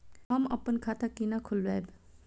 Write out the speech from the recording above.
हम अपन खाता केना खोलैब?